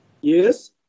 Yes